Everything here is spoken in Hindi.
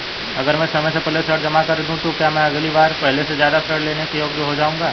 अगर मैं समय से पहले ऋण जमा कर दूं तो क्या मैं अगली बार पहले से ज़्यादा ऋण लेने के योग्य हो जाऊँगा?